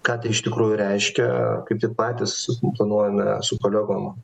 ką tai iš tikrųjų reiškia kaip tik patys planuojame su kolegom